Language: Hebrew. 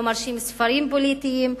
לא מרשים ספרים פוליטיים.